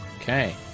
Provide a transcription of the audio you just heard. okay